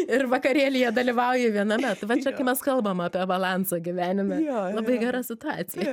ir vakarėlyje dalyvauji viename va čia kai mes kalbam apie balansą gyvenime labai gera situacija